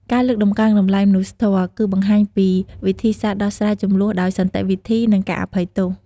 ការលើកតម្កើងតម្លៃមនុស្សធម៌ គឺបង្ហាញពីវិធីសាស្ត្រដោះស្រាយជម្លោះដោយសន្តិវិធី និងការអភ័យទោស។